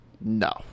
No